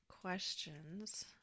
questions